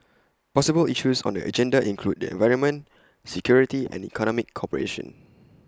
possible issues on the agenda include the environment security and economic cooperation